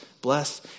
Bless